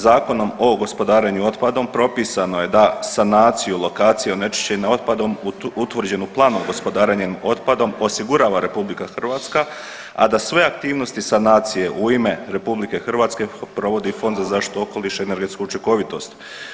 Zakonom o gospodarenju otpadom propisano je da sanaciju lokacije onečišćene otpadom utvrđenu Planom gospodarenjem otpadom osigurava RH, a da sve aktivnosti sanacije u ime RH provodi Fond za zaštitu okoliša i energetsku učinkovitost.